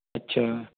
ਅੱਛਾ